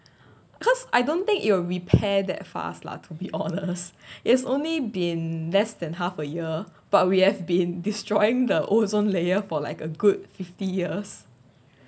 cause I don't think it will repair that fast lah to be honest it's only been less than half a year but we have been destroying the ozone layer for like a good fifty years